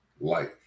life